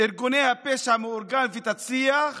ארגוני הפשע המאורגן ותצליח